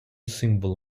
символ